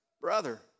brother